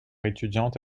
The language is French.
étudiante